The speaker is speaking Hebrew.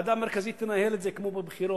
ועדה מרכזית תנהל את זה כמו בבחירות,